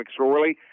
McSorley